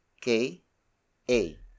K-A